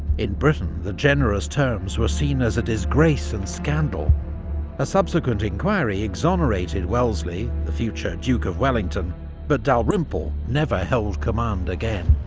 in britain, the generous terms were seen as a disgrace and scandal a subsequent inquiry exonerated wellesley the future duke of wellington but dalrymple never held command again.